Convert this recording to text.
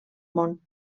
món